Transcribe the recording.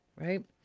right